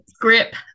Grip